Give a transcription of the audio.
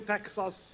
Texas